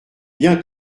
bien